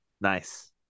Nice